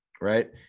right